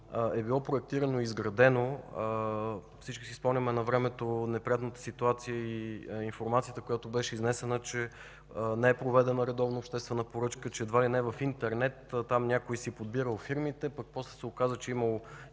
е било проектирано и изградено, всички си спомняме навремето неприятните ситуации и информацията, която беше изнесена, че не е проведена редовна обществена поръчка, че едва ли не в интернет, там някой си е подбирал фирмите, пък после се оказа, че е имало